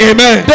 Amen